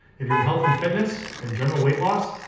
if your in health and fitness and general weight loss,